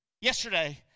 yesterday